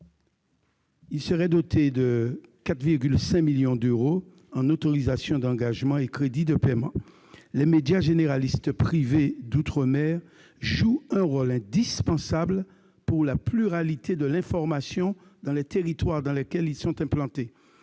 », dotée de 4,5 millions d'euros en autorisations d'engagement et en crédits de paiement. Les médias généralistes privés d'outre-mer jouent un rôle indispensable à la pluralité de l'information dans les territoires dans lesquels ils sont implantés.